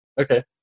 Okay